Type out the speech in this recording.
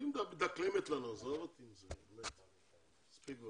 היא מדקלמת לנו, עזוב אותי עם זה.